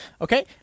Okay